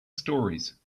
storeys